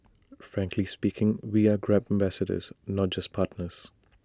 frankly speaking we are grab ambassadors not just partners